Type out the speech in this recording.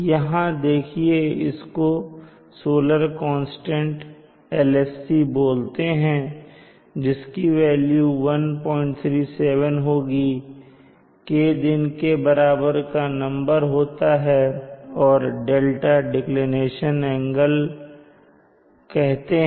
यहां देखिए इसको सोलर कांस्टेंट LSC बोलते हैं जिसकी वैल्यू 137 होगी K दिन के नंबर को बताता है और δ को डेकलिनेशन एंगल कहते हैं